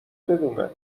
بدونن